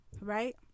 Right